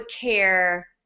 care